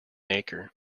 acre